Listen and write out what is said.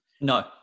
No